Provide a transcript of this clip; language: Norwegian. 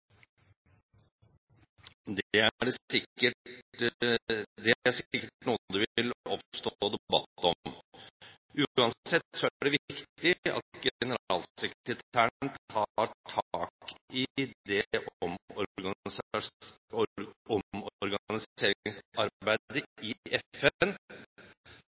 Det er sikkert noe det vil oppstå debatt om. Uansett er det viktig at generalsekretæren tar tak i det